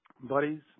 Buddies